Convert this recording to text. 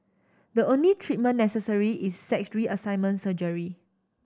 the only treatment necessary is sex reassignment surgery